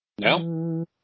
No